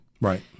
Right